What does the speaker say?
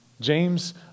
James